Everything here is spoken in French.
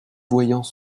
voyants